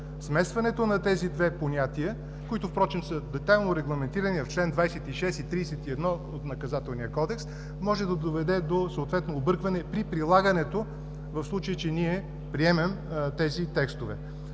Смесването на тези две понятия, които впрочем са детайлно регламентирани в чл. 26 и чл. 31 от Наказателния кодекс, може да доведе до съответно объркване при прилагането, в случай че приемем тези текстове.